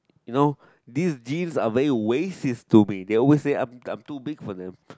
you know these jeans are very racist to me they always I'm I'm too big for them